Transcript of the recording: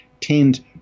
tend